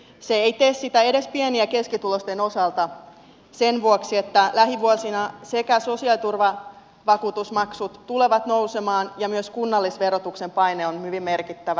se ei tee sitä edes pieni ja keskituloisten osalta sen vuoksi että lähivuosina sosiaaliturvavakuutusmaksut tulevat nousemaan ja myös kunnallisverotuksen paine on hyvin merkittävä